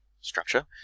structure